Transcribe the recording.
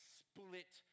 split